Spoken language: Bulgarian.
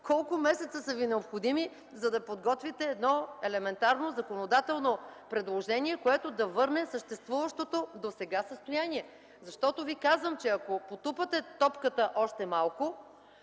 Колко месеца са Ви необходими, за да подготвите едно елементарно законодателно предложение, което да върне съществуващото досега състояние?! Казвам Ви, че ако потупате топката още малко,